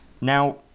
Now